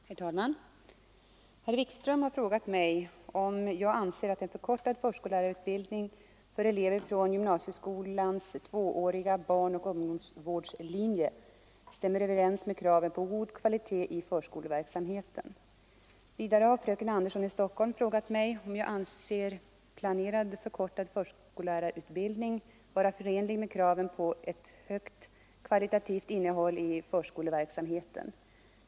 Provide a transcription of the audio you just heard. Herr talman! Herr Wikström har frågat mig, om jag anser att en förkortad förskollärarutbildning för elever från gymnasieskolans tvååriga barnoch ungdomsvårdslinje stämmer överens med kraven på god kvalitet i förskoleverksamheten. Vidare har fröken Andersson i Stockholm frågat mig om jag anser planerad förkortad förskollärarutbildning vara förenlig med kraven på ett högt kvalitativt innehåll i förskoleverksamheten.